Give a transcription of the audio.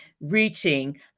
reaching